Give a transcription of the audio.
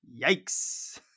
Yikes